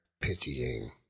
pitying